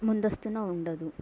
ముందస్తున్న ఉండదు